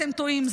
אתם טועים.